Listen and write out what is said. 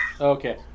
okay